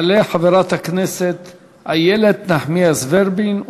תעלה חברת הכנסת איילת נחמיאס ורבין,